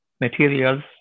materials